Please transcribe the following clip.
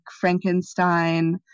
Frankenstein